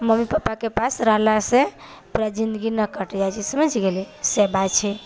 mummy पप्पाके पास रहलासँ पूरा जिन्दगी ना कटि जाइ छै समझ गेली से बात छै